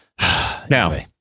Now